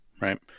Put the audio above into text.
Right